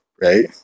right